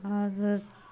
اور